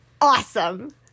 awesome